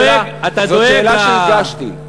אתה דואג להנהלת הקרן.